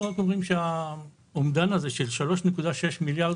אנחנו רק אומרים שהאומדן הזה של 3.6 מיליארד,